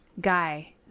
guy